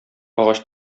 агач